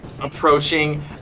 approaching